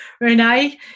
Renee